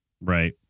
right